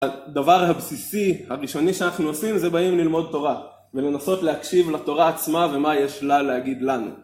הדבר הבסיסי הראשוני שאנחנו עושים זה באים ללמוד תורה, ולנסות להקשיב לתורה עצמה ומה יש לה להגיד לנו